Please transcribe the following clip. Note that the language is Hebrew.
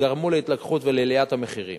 גרמו להתלקחות ולעליית המחירים.